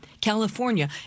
California